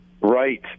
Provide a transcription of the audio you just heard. Right